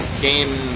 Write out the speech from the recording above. game